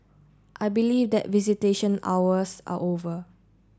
I believe that visitation hours are over